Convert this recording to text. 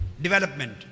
Development